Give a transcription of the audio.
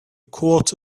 quart